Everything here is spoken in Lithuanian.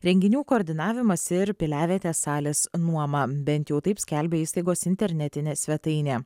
renginių koordinavimas ir piliavietės salės nuoma bent jau taip skelbia įstaigos internetinė svetainė